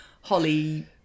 holly